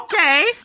Okay